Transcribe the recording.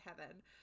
Heaven